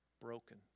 broken